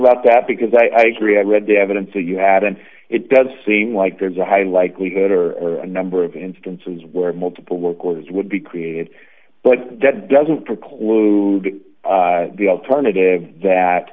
about that because i agree i read the evidence that you had and it does seem like there's a high likelihood or a number of instances where multiple workers would be created but that doesn't preclude the alternative that